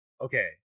okay